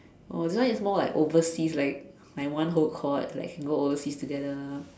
oh this one is more like overseas like like one whole cohort like can go overseas together